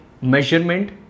measurement